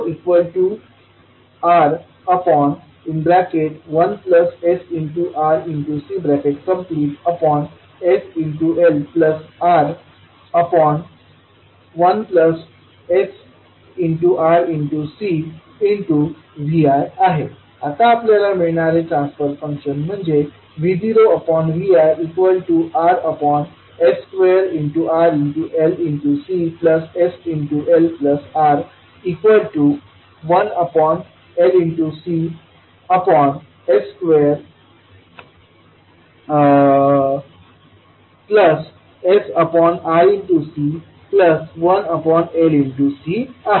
V0R1sRCsLR1sRCVi आता आपल्याला मिळणारे ट्रान्सफर फंक्शन म्हणजे V0ViRs2RLCsLR1LCs2sRC1LC आहे